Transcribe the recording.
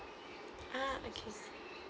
ah okay